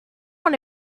want